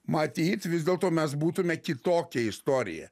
matyt vis dėlto mes būtume kitokia istorija